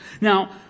Now